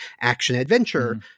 action-adventure